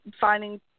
finding